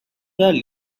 the